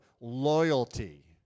loyalty